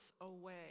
away